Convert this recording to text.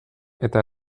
eta